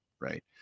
Right